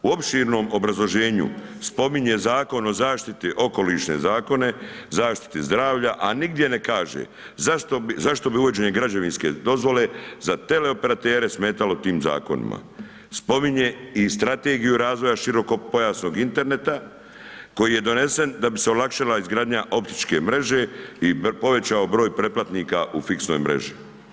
U opširnom obrazloženju spominje Zakon o zaštiti okolišne zakone, zaštiti zdravlja, a nigdje ne kaže zašto bi uvođenje građevinske dozvole za teleoperatere smetalo tim zakonima, spominje i strategiju razvoja širokopojasnog interneta koji je donesen da bi se olakšala izgradnja optičke mreže i povećao broj pretplatnika u fiksnoj mreži.